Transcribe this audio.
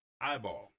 Eyeball